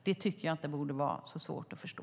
Det borde inte vara så svårt att förstå.